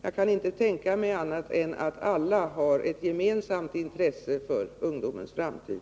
Jag kan inte tänka mig annat än att alla har ett gemensamt intresse av ungdomens framtid.